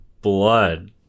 blood